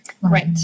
Right